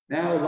Now